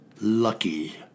lucky